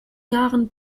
jahren